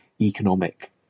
economic